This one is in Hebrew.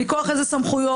מכוח איזה סמכויות,